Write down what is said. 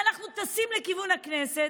אנחנו טסים לכיוון הכנסת,